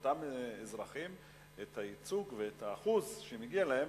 לאותם אזרחים, את הייצוג ואת האחוז שמגיע להם.